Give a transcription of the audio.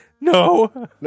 No